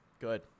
Good